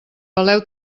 peleu